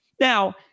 Now